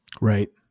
Right